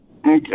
Okay